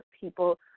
people